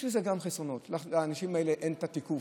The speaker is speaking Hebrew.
יש לזה גם חסרונות, לאנשים האלה אין את התיקוף,